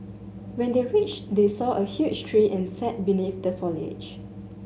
when they reached they saw a huge tree and sat beneath the foliage